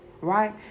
Right